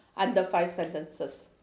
under five sentences